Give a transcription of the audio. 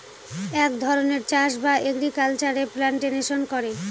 এক ধরনের চাষ বা এগ্রিকালচারে প্লান্টেশন করে